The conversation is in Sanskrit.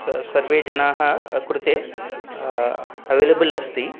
स सर्वे जनाः कृते अवैलबल् अस्ति